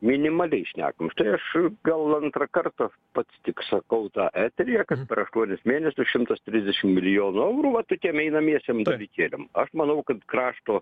minimaliai šnekam už tai aš gal antrą kartą pats tik sakau tą eteryje kas per aštuonis mėnesius šimtas trisdešim milijonų eurų va tokiem einamiesiem dalykėliam aš manau kad krašto